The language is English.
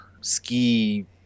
ski